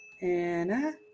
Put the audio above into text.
anna